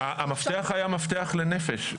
המפתח היה מפתח לנפש,